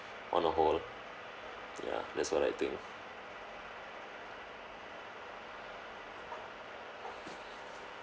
on a whole ya that's what I think